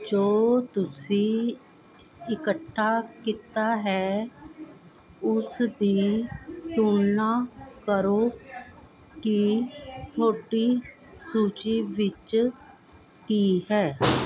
ਜੋ ਤੁਸੀਂ ਇਕੱਠਾ ਕੀਤਾ ਹੈ ਉਸ ਦੀ ਤੁਲਨਾ ਕਰੋ ਕਿ ਤੁਹਾਡੀ ਸੂਚੀ ਵਿੱਚ ਕੀ ਹੈ